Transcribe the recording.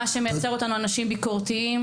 מה שמייצר אותנו אנשים ביקורתיים,